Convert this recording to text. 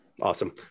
awesome